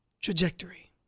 trajectory